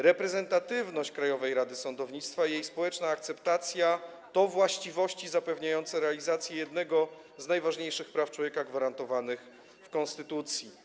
Reprezentatywność Krajowej Rady Sądownictwa, jej społeczna akceptacja to właściwości zapewniające realizację jednego z najważniejszych praw człowieka gwarantowanych w konstytucji.